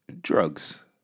drugs